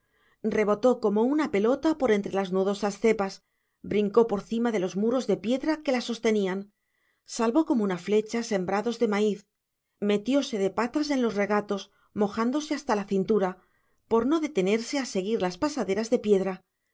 rebotó como un pelota por entre las nudosas cepas brincó por cima de los muros de piedra que las sostenían salvó como una flecha sembrados de maíz metióse de patas en los regatos mojándose hasta la cintura por no detenerse a seguir las pasaderas de piedra